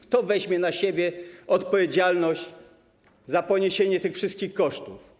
Kto weźmie na siebie odpowiedzialność za poniesienie wszystkich kosztów?